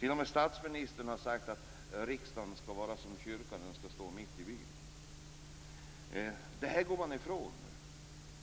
T.o.m. statsministern har sagt att riksdagen skall vara som kyrkan. Den skall stå mitt i byn. Det här går man nu ifrån